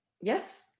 Yes